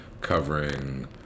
covering